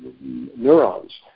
neurons